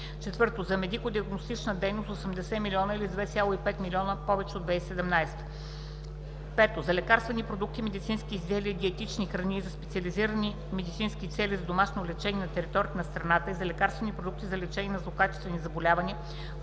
г.; 4. за медико-диагностична дейност 80,0 млн. лв., или с 2,5 млн. лв. повече от 2017 г. 5. за лекарствени продукти, медицински изделия и диетични храни за специални медицински цели за домашно лечение на територията на страната и за лекарствени продукти за лечение на злокачествени заболявания в